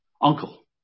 uncle